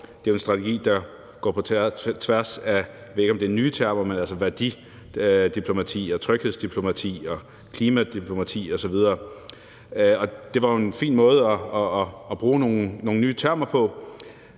det er nye termer – værdidiplomati, tryghedsdiplomati, klimadiplomati osv. Det var jo en fin måde at bruge nogle nye termer på.